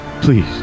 Please